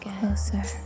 closer